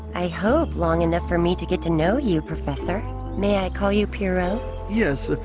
i hope long enough for me to get to know you professor may. i call you pierrot yes,